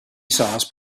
sauce